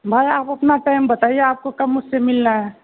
بھائی آپ اپنا ٹائم بتائیے آپ کو کب مجھ سے ملنا ہے